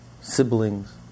siblings